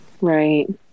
Right